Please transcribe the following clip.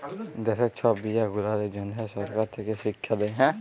দ্যাশের ছব মিয়াঁ গুলানের জ্যনহ সরকার থ্যাকে শিখ্খা দেই